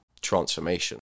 transformation